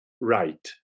right